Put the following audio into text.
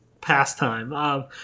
pastime